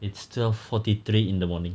it's twelve forty three in the morning